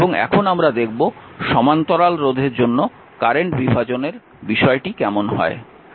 এবং এখন আমরা দেখব সমান্তরাল রোধের জন্য কারেন্ট বিভাজনের বিষয়টি কেমন হয়